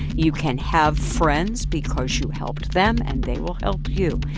you can have friends because you helped them, and they will help you.